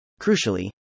Crucially